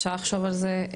אפשר לחשוב על זה,